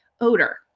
odor